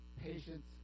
patience